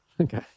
Okay